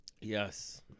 Yes